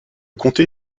comté